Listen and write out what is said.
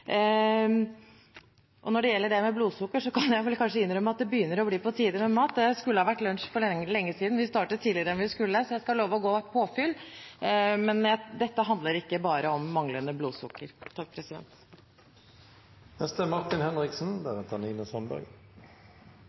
Når det gjelder det med blodsukker, kan jeg kanskje innrømme at det begynner å bli på tide med mat. Det skulle ha vært lunsj for lenge siden, vi startet tidligere enn vi skulle, så jeg skal love å gå og få påfyll. Men dette handler ikke bare om manglende blodsukker.